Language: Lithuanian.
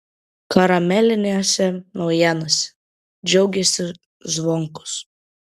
karamelinėse naujienose džiaugėsi zvonkus